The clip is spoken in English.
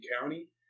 county